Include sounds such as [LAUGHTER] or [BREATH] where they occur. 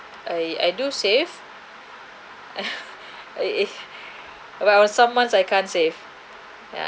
I I do save [BREATH] [NOISE] but uh some months I can't save